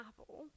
apple